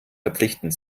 verpflichtend